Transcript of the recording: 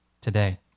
today